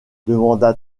demanda